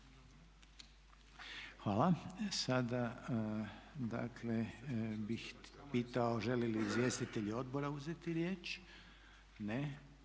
Hvala. Sada dakle bih pitao žele li izvjestitelji odbora uzeti riječ? Ne.